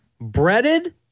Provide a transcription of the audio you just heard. Breaded